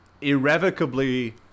irrevocably